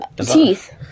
Teeth